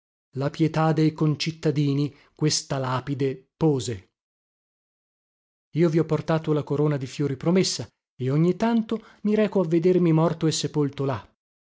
la pietà dei concittadini io vi ho portato la corona di fiori promessa e ogni tanto mi reco a vedermi morto e sepolto là